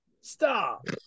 stop